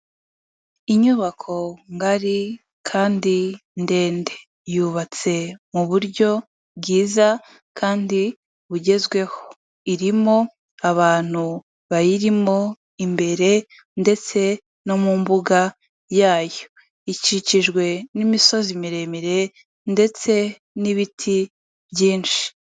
Inyubako ngari kandi ndende yubatse mu buryo bwiza kandi bugezweho, irimo abantu bayirimo imbere ndetse no mu mbuga yayo, ikikijwe n'imisozi miremire ndetse n'ibiti byinshi.